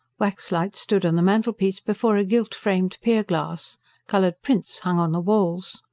wax-lights stood on the mantelpiece before a gilt-framed pierglass coloured prints hung on the walls.